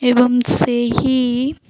ଏବଂ ସେହି